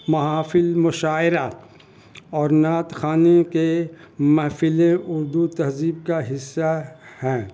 محافل مشاعرہ اور نعت خوانی کے محفلیں اردو تہذیب کا حصہ ہیں